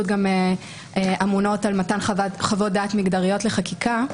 גם אמונות על מתן חוות דעת מגדריות לחקיקה.